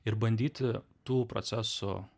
ir bandyti tų procesų